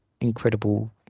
incredible